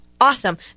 awesome